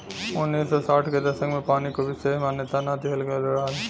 उन्नीस सौ साठ के दसक में पानी को विसेस मान्यता ना दिहल गयल रहल